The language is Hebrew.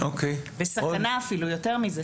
ויותר מזה,